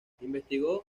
investigó